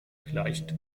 vielleicht